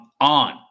on